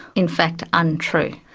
in fact untrue.